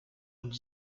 und